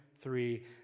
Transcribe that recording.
three